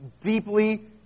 deeply